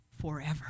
forever